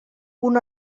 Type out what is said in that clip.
una